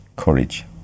courage